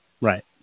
Right